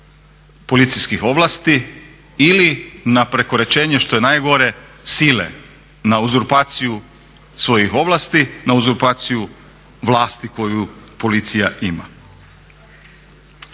policijskih ovlasti ili na prekoračenje što je nagore sile, na uzurpaciju svojih ovlasti, na uzurpaciju vlasti koju policija ima?